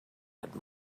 had